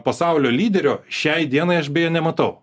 pasaulio lyderio šiai dienai aš beje nematau